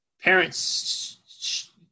Parents